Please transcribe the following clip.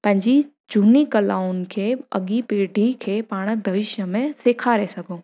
पंहिंजी झूनी कलाउनि खे अॻीं पीढ़ी खे पाण भविष्य में सेखारे सघूं